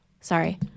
sorry